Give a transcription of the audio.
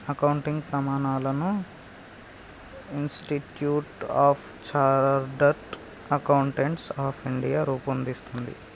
accounting ప్రమాణాలను institute of chartered accountants of India రూపొందిస్తది